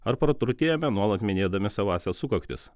ar praturtėjome nuolat minėdami savąsias sukaktis